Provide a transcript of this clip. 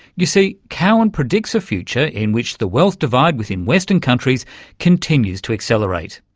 you see, cowen predicts a future in which the wealth divide within western countries continues to accelerate,